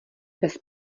bez